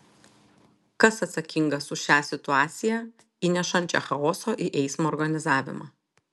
kas atsakingas už šią situaciją įnešančią chaoso į eismo organizavimą